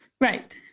right